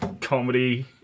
comedy